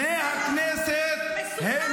פני הכנסת -- מסוכן, מחריד שאתה נמצא פה.